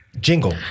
jingle